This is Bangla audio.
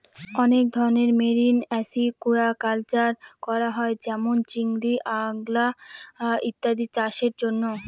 অনেক ধরনের মেরিন আসিকুয়াকালচার করা হয় যেমন চিংড়ি, আলগা ইত্যাদি চাষের জন্য